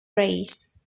race